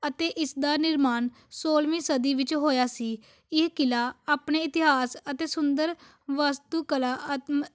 ਅਤੇ ਇਸ ਦਾ ਨਿਰਮਾਣ ਸੌਲਵੀਂ ਸਦੀ ਵਿੱਚ ਹੋਇਆ ਸੀ ਇਹ ਕਿਲ੍ਹਾ ਆਪਣੇ ਇਤਿਹਾਸ ਅਤੇ ਸੁੰਦਰ ਵਸਤੂ ਕਲਾ